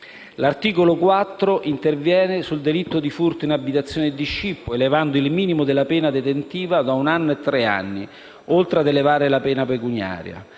L'articolo 4 interviene sui delitti di furto in abitazione e di scippo, elevando il minimo della pena detentiva da un anno a tre anni, oltre ad elevare la pena pecuniaria.